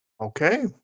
Okay